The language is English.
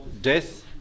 Death